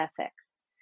ethics